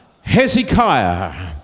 Hezekiah